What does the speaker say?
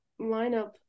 lineup